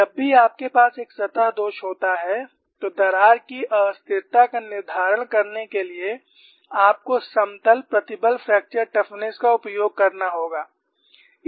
जब भी आपके पास एक सतह दोष होता है तो दरार की अस्थिरता का निर्धारण करने के लिए आपको समतल प्रतिबल फ्रैक्चर टफनेस का उपयोग करना होगा